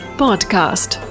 podcast